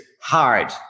hard